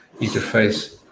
interface